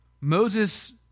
Moses